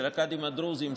של הקאדים הדרוזים,